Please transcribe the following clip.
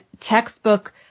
textbook